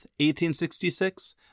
1866